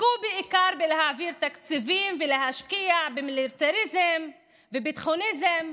עסקה בעיקר בלהעביר תקציבים ולהשקיע במיליטריזם ובביטחוניזם.